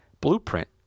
blueprint